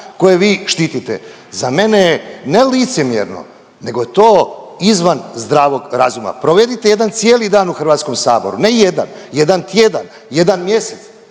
koje vi štitite. Za mene je ne licemjerno, nego je to izvan zdravog razuma. Provedite jedan cijeli dan u Hrvatskom saboru, ne jedan, jedan tjedan, jedan mjesec